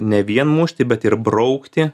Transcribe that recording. ne vien mušti bet ir braukti